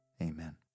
Amen